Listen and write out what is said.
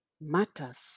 matters